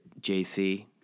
JC